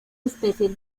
especies